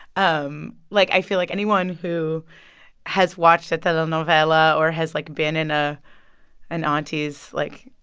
um like, i feel like anyone who has watched a telenovela or has, like, been in ah an auntie's, like,